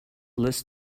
less